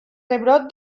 rebrot